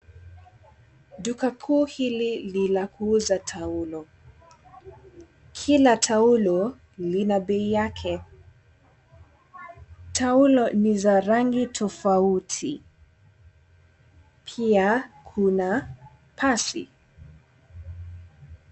Duka kuu hili ni la kuuza taulo. Kila taulo lina bei yake. Taulo ni za rangi tofauti. Pia kuna pasi.